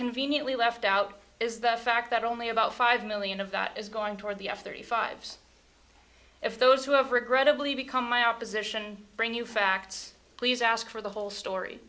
conveniently left out is the fact that only about five million of that is going toward the f thirty five if those who have regrettably become my opposition bring you facts please ask for the whole story